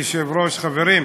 אדוני היושב-ראש, חברים,